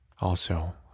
Also